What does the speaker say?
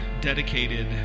dedicated